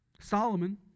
Solomon